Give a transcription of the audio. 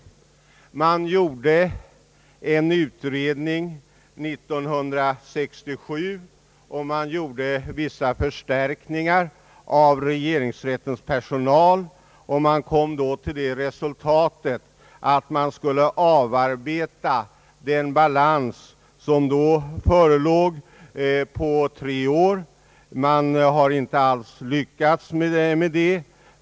Med den personalförstärkning som regeringsrätten efter utredning erhöll 1967 beräknades att man skulle avarbeta då föreliggande balans på tre år. Man har inte alls lyckats med det.